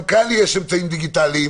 גם כאן יש אמצעים דיגיטליים